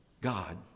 God